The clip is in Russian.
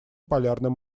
полярным